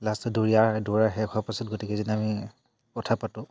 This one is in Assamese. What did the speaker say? লাষ্টত দৌৰিয়া দৌৰা শেষ হোৱাৰ পাছত গতিকে যেনে আমি কথা পাতোঁ